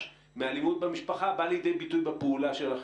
מאלימות במשפחה באה לידי ביטוי בפעולה שלכם?